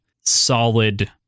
solid